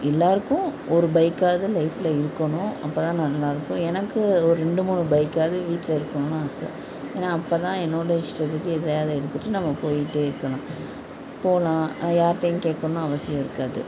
எல்லாருக்கும் ஒரு பைக்காவது லைஃப்ல இருக்கணும் அப்போதான் நல்லாயிருக்கும் எனக்கு ஒரு ரெண்டு மூணு பைக்காவது வீட்டில இருக்கணும்னு ஆசை ஏன்னா அப்போதான் என்னோடய இஸ்டத்துக்கு எதையாவது எடுத்துட்டு நாம் போய்ட்டே இருக்கலாம் போகலாம் அது யாருகிட்டையும் கேட்கணுன்னு அவசியம் இருக்காது